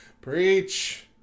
Preach